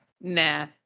nah